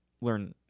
learn